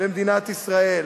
במדינת ישראל.